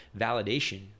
validation